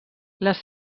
les